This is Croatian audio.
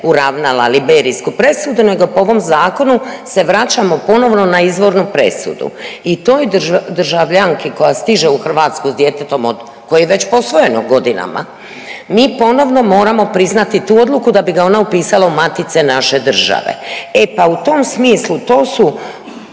uravnala liberijsku presudu nego po ovom zakonu se vraćamo ponovno na izvornu presudu i toj državljanski koja stiže u Hrvatsku s djetetom od, koje je već posvojeno godinama mi ponovno moramo priznati tu odluku da bi ga ona upisala u matice naše države. E pa u tom smislu to su,